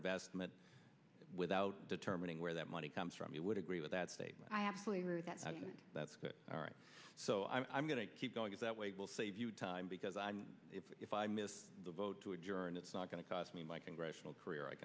investment without determining where that money comes from you would agree with that statement i absolutely agree that that's all right so i'm going to keep going it that way will save you time because i mean if i miss the vote to adjourn it's not going to cost me my congressional career i